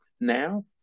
now